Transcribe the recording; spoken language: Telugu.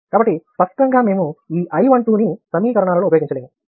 కాబట్టి స్పష్టంగా మేము ఈ I 12 ని సమీకరణాలలో ఉపయోగించలేము